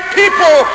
people